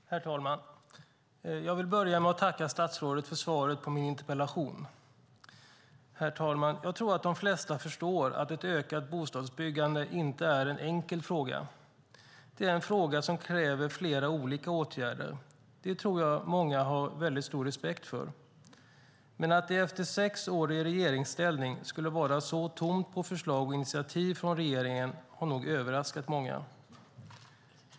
Herr talman! Jag vill börja med att tacka statsrådet för svaret på min interpellation. Jag tror att de flesta förstår att ett ökat bostadsbyggande inte är en enkel fråga, herr talman. Det är en fråga som kräver flera olika åtgärder, och det tror jag att många har väldigt stor respekt för. Men att det efter sex år i regeringsställning skulle vara så tomt på förslag och initiativ från regeringen har nog överraskat många.